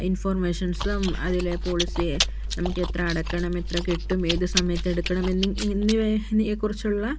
ഇൻഫൊർമേഷൻസും അതിലെ പോളിസി നമുക്കെത്ര അടക്കണം എത്ര കിട്ടും ഏത് സമയത്ത് എടുക്കണം എന്നി എന്നിവയെ എന്നിവയെക്കുറിച്ചുള്ള